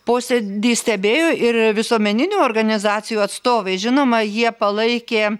posėdį stebėjo ir visuomeninių organizacijų atstovai žinoma jie palaikė